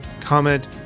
comment